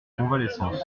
convalescence